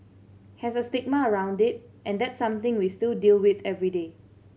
has a stigma around it and that's something we still deal with every day